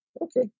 okay